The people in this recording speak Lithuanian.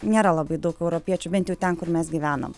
nėra labai daug europiečių bent jau ten kur mes gyvenam